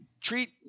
treat